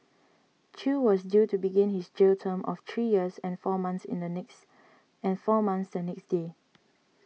Chew was due to begin his jail term of three years and four months the next day